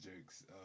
jokes